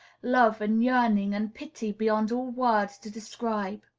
love and yearning and pity beyond all words to describe